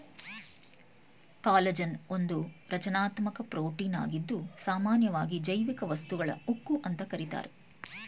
collagen ಒಂದು ರಚನಾತ್ಮಕ ಪ್ರೋಟೀನಾಗಿದ್ದು ಸಾಮನ್ಯವಾಗಿ ಜೈವಿಕ ವಸ್ತುಗಳ ಉಕ್ಕು ಅಂತ ಕರೀತಾರೆ